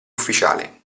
ufficiale